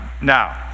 Now